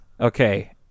Okay